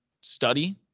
study